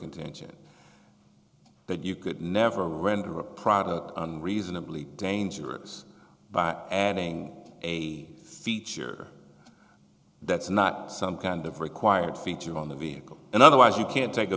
contentions but you could never render a product on reasonably dangerous by adding a feature that's not some kind of required feature on the vehicle and otherwise you can't take a